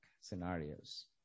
scenarios